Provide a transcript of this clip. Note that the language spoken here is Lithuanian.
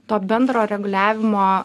to bendro reguliavimo